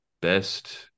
best